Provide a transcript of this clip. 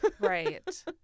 Right